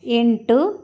ಎಂಟು